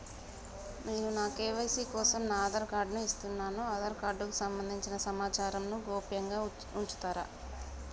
నేను నా కే.వై.సీ కోసం నా ఆధార్ కార్డు ను ఇస్తున్నా నా ఆధార్ కార్డుకు సంబంధించిన సమాచారంను గోప్యంగా ఉంచుతరా?